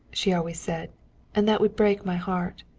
she always said and that would break my heart.